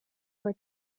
were